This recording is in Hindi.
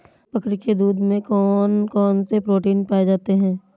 बकरी के दूध में कौन कौनसे प्रोटीन पाए जाते हैं?